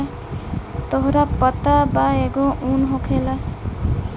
तोहरा पता बा एगो उन होखेला